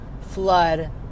flood